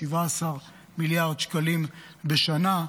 17 מיליארד שקלים בשנה.